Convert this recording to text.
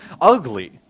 ugly